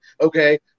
Okay